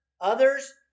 others